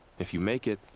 if you make it.